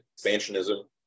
expansionism